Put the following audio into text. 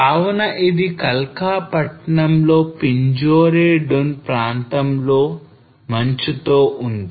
కావున ఇది Kalka పట్టణం లో Pinjore Dun ప్రాంతంలో మంచుతో ఉంది